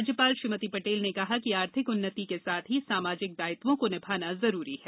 राज्यपाल श्रीमती पटेल ने कहा कि आर्थिक उन्नति के साथ ही सामाजिक दायित्वों को निभाना जरूरी है